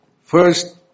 first